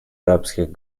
арабских